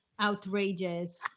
outrageous